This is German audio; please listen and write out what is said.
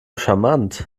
charmant